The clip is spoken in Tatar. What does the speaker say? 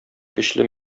көчле